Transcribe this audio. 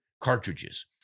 cartridges